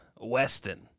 Weston